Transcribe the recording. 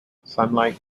sunlight